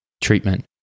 Treatment